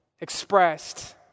expressed